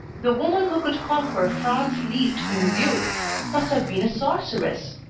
the woman who could conquer franz liszt in his youth must have been a sorceress.